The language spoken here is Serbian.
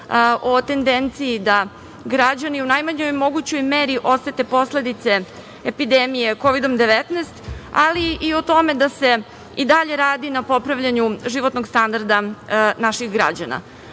o tendenciji da građani u najmanjoj mogućoj meri osete posledice epidemije Kovidom 19, ali i o tome da se i dalje radi na popravljanju životnog standarda naših građana.U